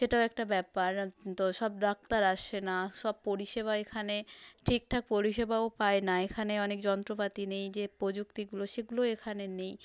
সেটাও একটা ব্যাপার তো সব ডাক্তার আসে না সব পরিষেবা এখানে ঠিকঠাক পরিষেবাও পায় না এখানে অনেক যন্ত্রপাতি নেই যে প্রযুক্তিগুলো সেগুলোও এখানে নেই